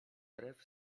brew